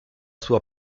sua